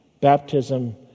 Baptism